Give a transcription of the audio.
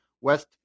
West